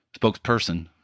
spokesperson